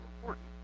important